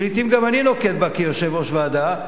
שלעתים גם אני נוקט אותן כיושב-ראש ועדה,